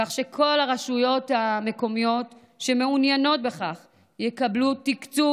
כך שכל הרשויות המקומיות שמעוניינות בכך יקבלו תקציב